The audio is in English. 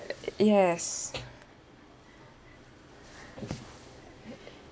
yes